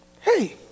Hey